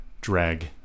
Drag